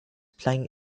playing